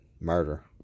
murder